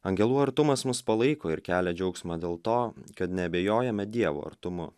angelų artumas mus palaiko ir kelia džiaugsmą dėl to kad neabejojame dievo artumu